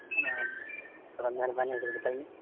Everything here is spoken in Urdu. ہاں تھوڑا مہربانی ہوگی بتائیے